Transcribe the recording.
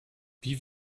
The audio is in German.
wie